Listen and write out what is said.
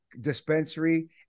dispensary